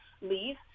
leave